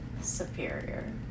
Superior